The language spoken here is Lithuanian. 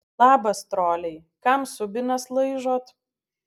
labas troliai kam subines laižot